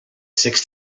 six